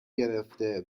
گرفته